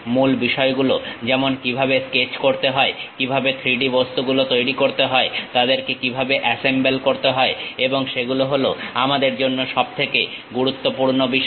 মূল বিষয় গুলো যেমন কিভাবে স্কেচ করতে হয় কিভাবে 3D বস্তু গুলো তৈরি করতে হয় তাদেরকে কিভাবে অ্যাসেম্বল করতে হয় সেগুলো হলো আমাদের জন্য সবথেকে গুরুত্বপূর্ণ বিষয়